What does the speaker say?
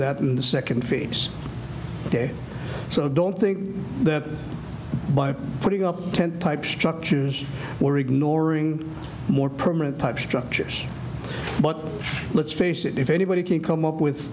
that in the second phase so i don't think that by putting up tent type structures or ignoring more permanent type structures but let's face it if anybody can come up with